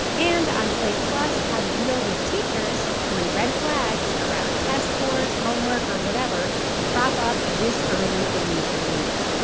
and on slate plus how to deal with teachers when red flags around test scores homework or whatever crop up this early in the school year.